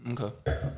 Okay